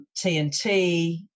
TNT